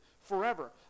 forever